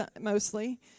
mostly